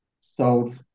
sold